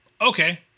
Okay